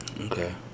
Okay